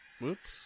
Whoops